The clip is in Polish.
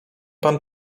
pan